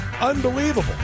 Unbelievable